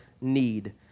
need